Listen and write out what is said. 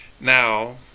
now